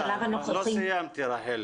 לא סיימתי רחלי.